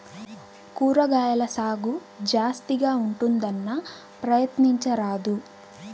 కూరగాయల సాగు జాస్తిగా ఉంటుందన్నా, ప్రయత్నించరాదూ